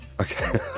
okay